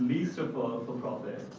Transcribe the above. least of all for profit,